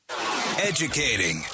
educating